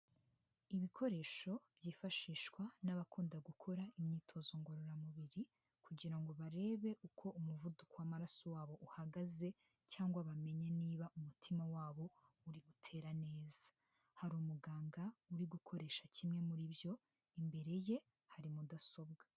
Ibikoresho byifashishwa n'abakunda gukora imyitozo ngororamubiri kugira ngo barebe uko umuvuduko w'amaraso wabo uhagaze cyangwa bamenye niba umutima wabo uri gutera neza, hari umuganga uri gukoresha kimwe muri byo imbere ye hari mudasobwa.